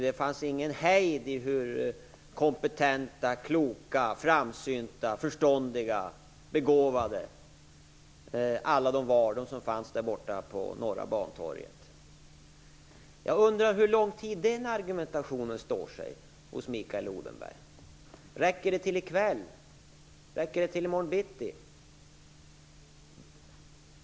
Det fanns ingen hejd på hur kompetenta, kloka, framsynta, förståndiga och begåvade de alla var där borta på Norra Bantorget. Jag undrar hur lång tid den argumentationen står sig hos Mikael Odenberg. Räcker den till i kväll? Räcker den till i morgon bitti?